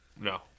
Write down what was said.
No